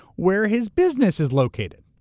where his business is located.